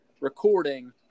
recording